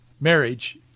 marriage